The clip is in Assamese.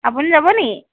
আপুনি যাব নি